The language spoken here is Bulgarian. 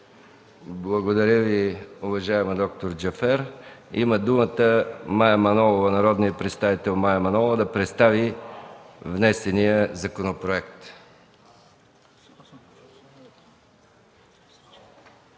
Благодаря Ви, уважаема д-р Джафер. Има думата народният представител Мая Манолова да представи внесения законопроект.